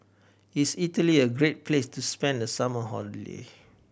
is Italy a great place to spend the summer holiday